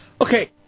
Okay